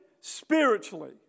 spiritually